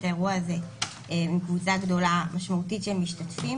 האירוע הזה עם קבוצה גדולה ומשמעותית של משתתפים.